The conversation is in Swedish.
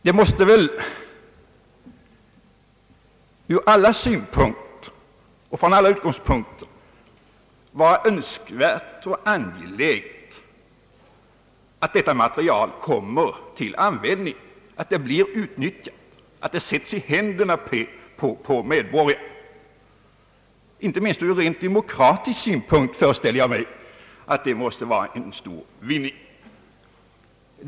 Det måste väl ur alla synpunkter och från alla utgångspunkter vara önskvärt och angeläget, att detta material kommer till användning, blir utnyttjat och sättes i händerna på medborgarna. Inte minst ur rent demokratisk synpunkt föreställer jag mig att det måste vara en stor vinning.